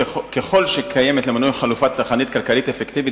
ככל שקיימת למנוי חלופה צרכנית כלכלית אפקטיבית